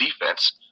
defense